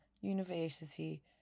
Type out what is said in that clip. university